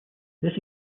this